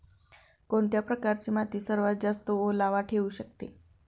कोणत्या प्रकारची माती सर्वात जास्त ओलावा ठेवू शकते?